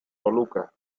toluca